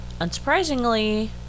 unsurprisingly